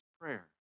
prayer